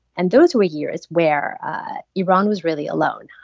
and those were years where iran was really alone.